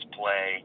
play